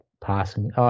passing